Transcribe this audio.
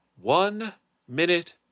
one-minute